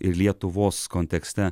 ir lietuvos kontekste